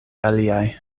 aliaj